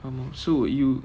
um so you